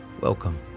Welcome